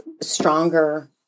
stronger